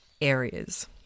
areas